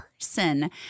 person